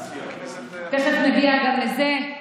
תכף נגיע גם לזה.